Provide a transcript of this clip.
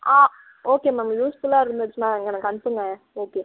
ஆ okay ma'am யூஸ்ஃபுல்லாக இருந்துச்சுன்னா எங்கே எனக்கு அனுப்புங்கள் ஓகே